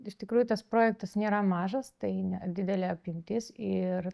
iš tikrųjų tas projektas nėra mažas tai ne didelė apimtis ir